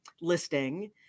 listing